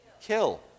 kill